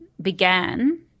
began